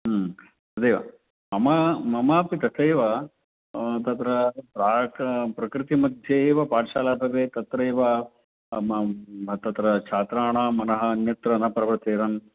तदेव मम ममापि तथैव तत्र प्राक् प्रकृतिमध्ये एव पाठशाला भवेत् तत्रैव तत्र छात्राणां मनः अन्यत्र न प्रवर्तेरन्